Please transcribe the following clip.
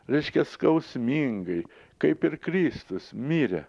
reiškia skausmingai kaip ir kristus mirė